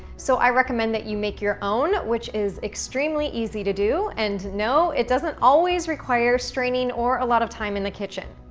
so i recommend that you make your own, which is extremely easy to do, and no, it doesn't always require straining or a lot of time in the kitchen.